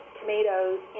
tomatoes